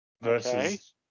versus